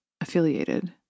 affiliated